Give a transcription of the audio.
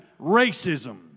racism